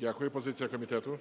СОЛЬСЬКИЙ М.Т.